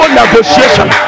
negotiation